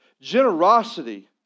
Generosity